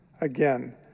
Again